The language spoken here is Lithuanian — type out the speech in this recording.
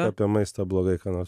apie maistą blogai ką nors